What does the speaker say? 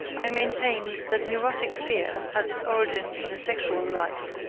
i maintained that neurotic fear has its origin in the sexual life,